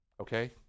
Okay